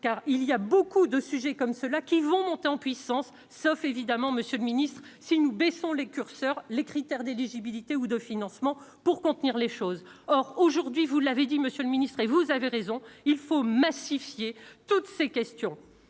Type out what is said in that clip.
car il y a beaucoup de sujets comme ceux là qui vont monter en puissance, sauf évidemment, Monsieur le Ministre, si nous baissons les curseurs les critères d'éligibilité ou de financement pour contenir les choses, or aujourd'hui, vous l'avez dit, monsieur le ministre, et vous avez raison il faut massifier toutes ces questions,